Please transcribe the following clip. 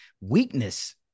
weakness